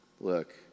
Look